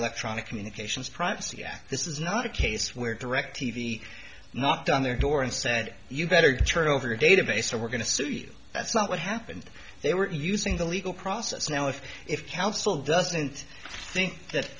electronic communications privacy act this is not a case where directv knocked on their door and said you better turn over a database or we're going to sue you that's not what happened they were using the legal process now if if counsel doesn't think